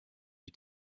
you